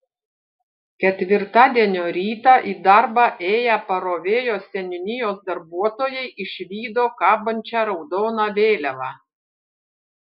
ketvirtadienio rytą į darbą ėję parovėjos seniūnijos darbuotojai išvydo kabančią raudoną vėliavą